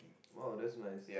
!wow! that's nice